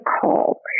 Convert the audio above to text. call